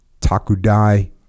Takudai